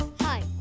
Hi